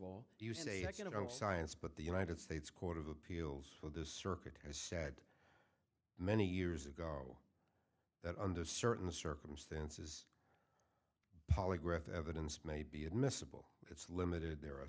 say you know science but the united states court of appeals for the circuit has said many years ago that under certain circumstances polygraph evidence may be admissible it's limited there are